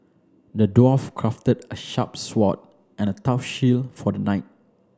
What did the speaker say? the dwarf crafted a sharp sword and a tough shield for the knight